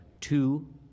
two